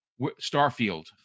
Starfield